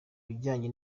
bijyanye